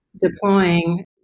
deploying